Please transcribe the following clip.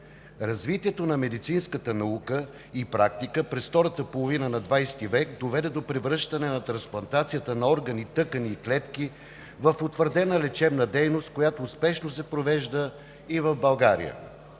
Развитието на медицинската наука и практика през втората половина на ХХ век доведе до превръщане на трансплантацията на органи, тъкани и клетки в утвърдена лечебна дейност, която успешно се провежда и в България.